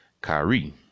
Kyrie